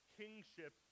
kingship